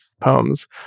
poems